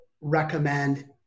recommend